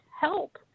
help